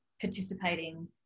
participating